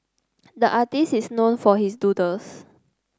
the artist is known for his doodles